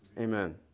amen